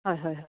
হয় হয় হয়